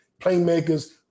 Playmakers